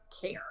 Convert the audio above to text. care